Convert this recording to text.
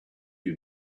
you